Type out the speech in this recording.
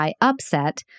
upset